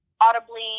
audibly